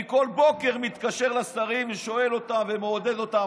אני כל בוקר מתקשר לשרים ומעודד אותם